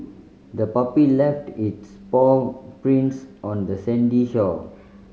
the puppy left its paw prints on the sandy shore